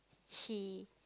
she